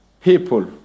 people